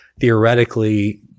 theoretically